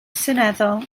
seneddol